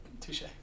Touche